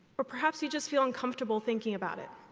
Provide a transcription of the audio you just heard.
or perhaps you just feel uncomfortable thinking about it,